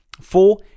Four